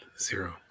Zero